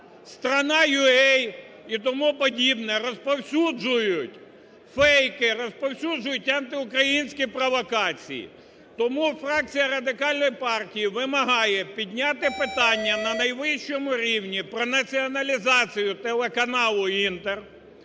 "Страна.юа" і тому подібне – розповсюджують фейки, розповсюджують антиукраїнські провокації. Тому фракція Радикальної партії вимагає підняти питання на найвищому рівні про націоналізацію телеканалу "Інтер",